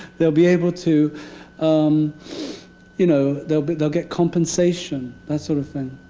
they'll be able to um you know, they'll but they'll get compensation. that sort of thing.